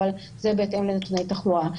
אבל זה בהתאם לתנאי התחלואה.